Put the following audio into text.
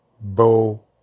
Bow